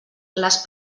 les